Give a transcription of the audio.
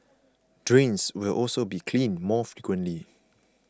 drains will also be cleaned more frequently